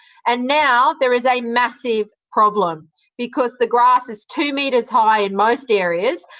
and now there is a massive problem because the grass is two metres high in most areas.